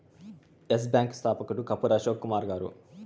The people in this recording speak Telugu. ఎస్ బ్యాంకు స్థాపకుడు కపూర్ అశోక్ కుమార్ గారు